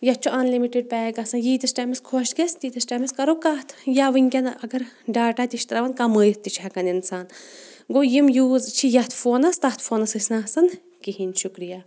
یَتھ چھُ unlimited pack آسان ییٖتِس ٹایمَس خۄش گژھِ تیٖتِس ٹایمَس کَرو کَتھ یا وٕنکٮ۪ن اگر ڈاٹا تہِ چھِ تراوَان کَمٲیِتھ تہِ چھِ ہٮ۪کان اِنسان گوٚو یِم یوٗز چھِ یتھ فونَس تَتھ فونَس ٲسۍ نہٕ آسان کِہیٖنۍ شُکریہ